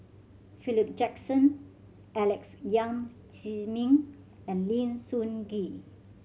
Philip Jackson Alex Yam Ziming and Lim Sun Gee